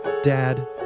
Dad